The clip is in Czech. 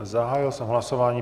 Zahájil jsem hlasování.